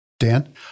Dan